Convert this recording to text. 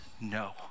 no